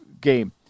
game